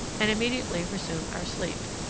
and immediately resume our sleep.